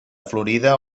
florida